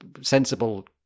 sensible